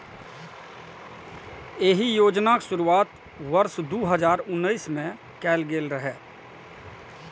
एहि योजनाक शुरुआत वर्ष दू हजार उन्नैस मे कैल गेल रहै